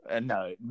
No